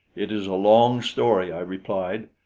it is a long story, i replied,